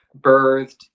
birthed